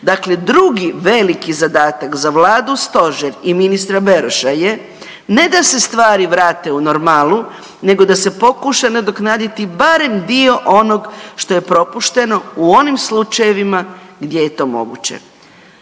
Dakle, drugi veliki zadatak za vladu, stožer i ministra Beroša je ne da se stvari vrate u normalu nego da se pokuša nadoknaditi barem dio onog što je propušteno u onim slučajevima gdje je to moguće.